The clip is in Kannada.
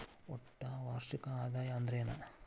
ಒಟ್ಟ ವಾರ್ಷಿಕ ಆದಾಯ ಅಂದ್ರೆನ?